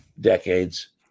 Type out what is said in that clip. decades